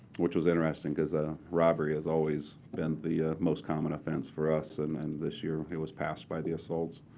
which was interesting because ah robbery has always been the most common offense for us. and and this year, it was passed by the assaults.